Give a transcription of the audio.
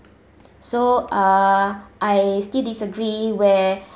so uh I still disagree where